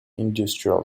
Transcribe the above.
industrial